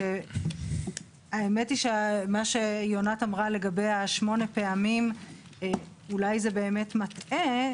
מה שיונת אמרה לגבי השמונה פעמים אולי באמת מטעה.